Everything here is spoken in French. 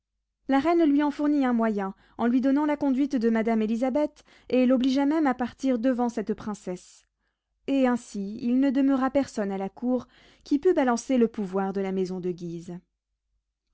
la reine lui en fournit un moyen en lui donnant la conduite de madame élisabeth et l'obligea même à partir devant cette princesse et ainsi il ne demeura personne à la cour qui pût balancer le pouvoir de la maison de guise